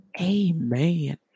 Amen